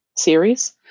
series